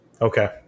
Okay